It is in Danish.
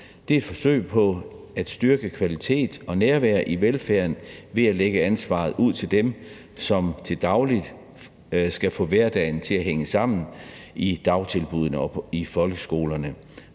Det er et forsøg på at styrke kvalitet og nærvær i velfærden ved at lægge ansvaret ud til dem, som til daglig skal få hverdagen til at hænge sammen i dagtilbuddene og i folkeskolerne